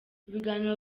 ibiganiro